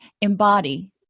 embody